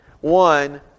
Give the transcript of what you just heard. One